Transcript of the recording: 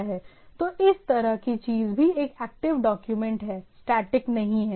तो इस तरह की चीज भी एक एक्टिव डॉक्यूमेंट है स्टैटिक नहीं है